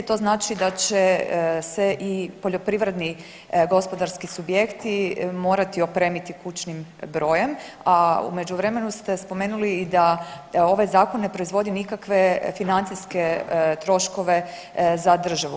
To znači da će se i poljoprivredni gospodarski subjekti morati opremiti kućnim brojem, a u međuvremenu ste spomenuli da ovaj zakon ne proizvodi nikakve financijske troškove za državu.